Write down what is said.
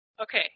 Okay